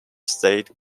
state